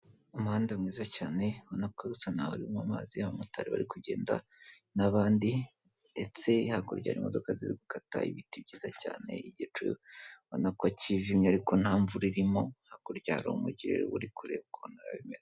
Umuhanda mwiza cyane ubona ko usa n'aho uri mu mazi, imbere y'abamotari bari kugenda n'abandi, ndetse hakurya imodoka zikata hari ibiti byiza cyane igice bona ko kijimye ariko nta mvura irimo, hakurya hari umugi uri kure ukoramenya.